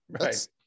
Right